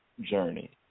journey